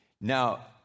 Now